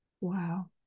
wow